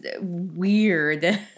weird